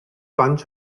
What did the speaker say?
bunch